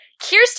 Kirsten